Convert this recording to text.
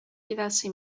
diverse